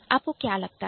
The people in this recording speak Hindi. आपको क्या लगता है